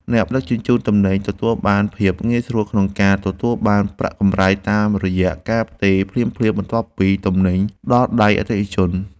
អ្នកដឹកជញ្ជូនទំនិញទទួលបានភាពងាយស្រួលក្នុងការទទួលប្រាក់កម្រៃតាមរយៈការផ្ទេរភ្លាមៗបន្ទាប់ពីទំនិញដល់ដៃអតិថិជន។